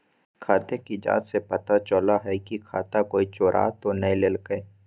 खाते की जाँच से पता चलो हइ की खाता कोई चोरा तो नय लेलकय